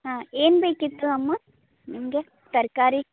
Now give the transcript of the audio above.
ಹಾಂ ಏನು ಬೇಕಿತ್ತು ಅಮ್ಮ ನಿಮಗೆ ತರಕಾರಿ